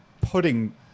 putting